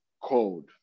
code